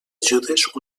ajudes